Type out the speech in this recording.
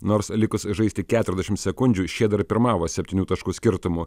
nors likus žaisti keturiasdešim sekundžių šie dar pirmavo septynių taškų skirtumu